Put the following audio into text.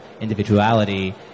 individuality